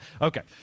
Okay